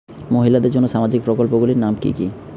মহিলাদের জন্য সামাজিক প্রকল্প গুলির নাম কি কি?